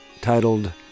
titled